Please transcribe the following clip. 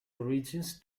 origins